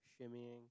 shimmying